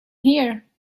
here